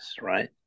right